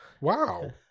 Wow